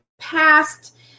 past